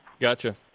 Gotcha